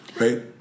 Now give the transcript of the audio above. right